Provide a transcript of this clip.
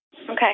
Okay